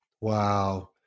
Wow